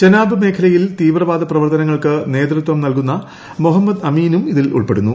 ചെനാബ് മേഖലയിൽ തീവ്രവാദ പ്രവർത്തനങ്ങൾക്ക് നേതൃത്വം നൽകുന്ന മൊഹമ്മദ് അമീനും ഇതിൽ ഉൾപ്പെടുന്നു